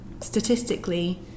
statistically